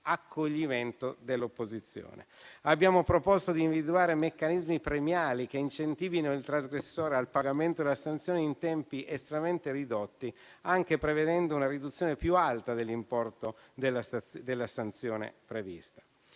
accoglimento dell'opposizione. Abbiamo proposto di individuare meccanismi premiali che incentivino il trasgressore al pagamento della sanzione in tempi estremamente ridotti, anche prevedendo una riduzione più alta dell'importo della sanzione prevista.